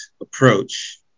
approach